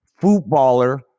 footballer